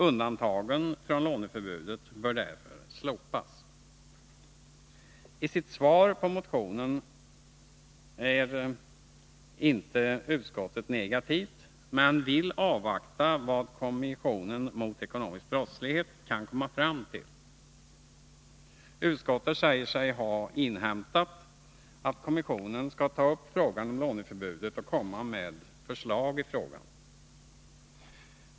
Undantagen från låneförbudet bör därför slopas. I sitt svar på motionen är inte utskottet negativt, men vill avvakta vad kommissionen mot ekonomisk brottslighet kan komma fram till. Utskottet säger sig ha inhämtat att kommissionen skall ta upp frågan om låneförbudet och komma med förslag.